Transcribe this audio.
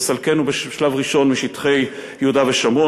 לסלקנו בשלב ראשון משטחי יהודה ושומרון